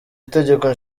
itegeko